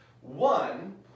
One